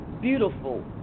beautiful